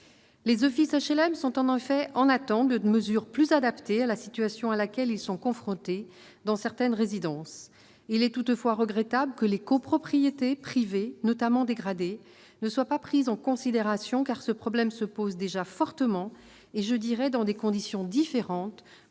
Les offices d'HLM sont en effet en attente de mesures plus adaptées à la situation à laquelle ils sont confrontés dans certaines résidences. Il est toutefois regrettable que les copropriétés privées, notamment dégradées, ne soient pas prises en considération, car ce problème s'y pose déjà fortement, dans des conditions différentes, compte tenu